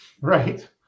Right